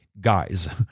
guys